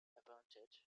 appointed